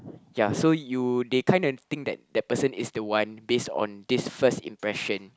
ya so you they kinda think that person is the one based on this first impression